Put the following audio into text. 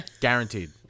Guaranteed